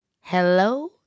Hello